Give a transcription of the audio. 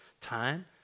time